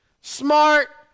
smart